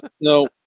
no